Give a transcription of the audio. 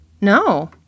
No